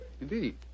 indeed